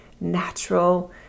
natural